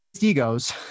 egos